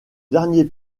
dernier